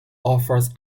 offers